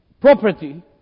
property